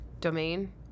domain